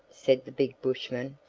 said the big bushman,